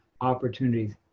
opportunities